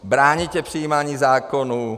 Bráníte přijímání zákonů.